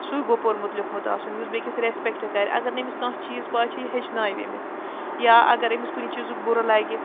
سُے گوٚو پوٚرمُت لیوٚکھمُت آسُن یُس بیٚیہِ کِس رٮ۪سپٮ۪کٹ کَرِ اَگر نہٕ أمِس کانٛہہ چیٖز پَے چھِ یہِ ہیچھناوِ أمِس یا اگر أمِس کُنہِ چیٖزُک بُرٕ لَگہِ